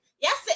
Yes